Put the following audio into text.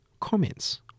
comments